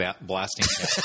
blasting